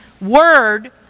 word